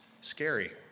scary